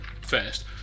first